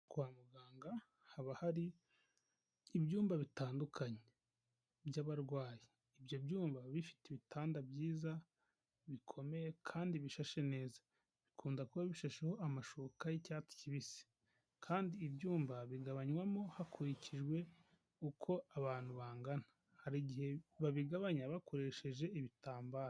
Kwa muganga haba hari ibyumba bitandukanye by'abarwayi. Ibyo byumba biba bifite ibitanda byiza bikomeye kandi bishashe neza. Bikunda kuba bishasheho amashuka y'icyatsi kibisi. Kandi ibyumba bigabanywamo hakurikijwe uko abantu bangana. Hari igihe babigabanya bakoresheje ibitambaro.